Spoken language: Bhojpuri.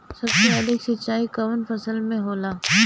सबसे अधिक सिंचाई कवन फसल में होला?